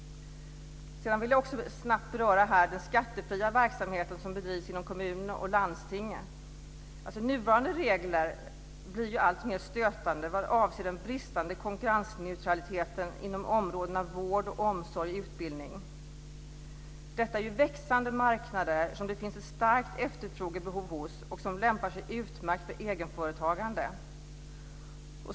Sedan vill jag snabbt beröra den skattefria verksamheten som bedrivs inom kommunerna och landstingen. Nuvarande regler blir alltmer stötande vad avser den bristande konkurrensneutraliteten inom områdena vård, omsorg och utbildning. Detta är växande marknader som det finns ett starkt efterfrågebehov hos och som lämpar sig utmärkt för egenföretagande.